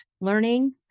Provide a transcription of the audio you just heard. learning